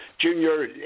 junior